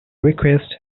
request